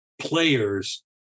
players